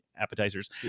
appetizers